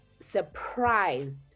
surprised